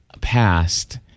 past